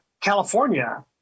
California